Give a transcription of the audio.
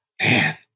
man